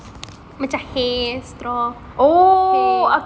oh okay okay okay I